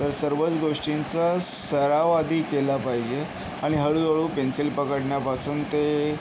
तर सर्वच गोष्टींचा स सराव आधी केला पाहिजे आणि हळूहळू पेन्सिल पकडण्यापासून ते